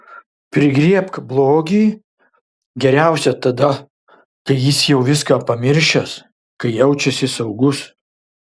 prigriebk blogį geriausia tada kai jis jau viską pamiršęs kai jaučiasi saugus